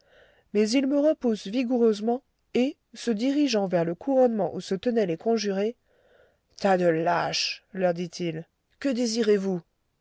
mais il me repousse vigoureusement et se dirigeant vers le couronnement où se tenaient les conjurés tas de lâches leur dit-il que désirez-vous